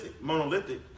monolithic